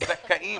שלדידנו זכאים